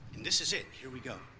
and this is it, here we go.